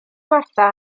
martha